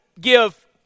give